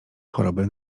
choroby